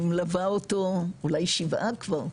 אני מלווה אותו, אולי שבעה כבר,